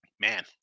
man